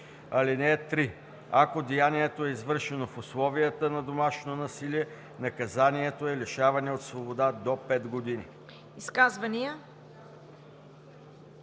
(3) Ако деянието е извършено в условията на домашно насилие, наказанието е лишаване от свобода до пет години.“